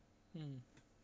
mm